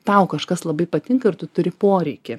tau kažkas labai patinka ir tu turi poreikį